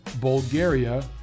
Bulgaria